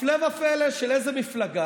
הפלא ופלא, של איזו מפלגה?